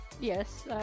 Yes